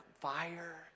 fire